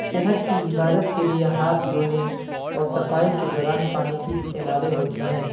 صحت کی حفاظت کے لیے ہاتھ دھونے اور صفائی کے دوران پانی کی استعمالیں ہوتی ہیں